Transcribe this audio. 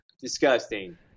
Disgusting